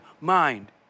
mind